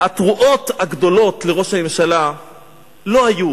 התרועות הגדולות לראש הממשלה לא היו,